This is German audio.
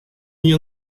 nie